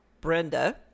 brenda